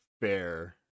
fair